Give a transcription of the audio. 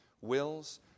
wills